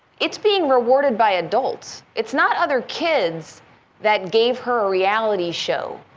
it's being rewarded by adults. it's not other kids that gave her a reality show,